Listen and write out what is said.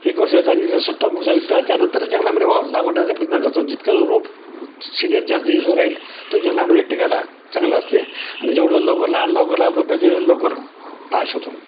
एक वर्षाचा आणि त्यानंतर जंगलामध्ये लावण्याचा प्रयत्न करतो जितकं रोप सीनियर जास्त दिसून राहील तो जंगलामध्ये टिकायला चांगला असते आणि जेवढ्या लवकर लहान लवकर राहतं त्याच्या लवकर त्रास होतो